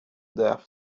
death